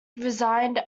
resigned